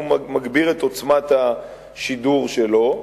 הוא מגביר את עוצמת השידור שלו.